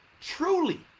truly